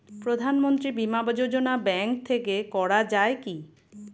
প্রধানমন্ত্রী বিমা যোজনা ব্যাংক থেকে করা যায় কি?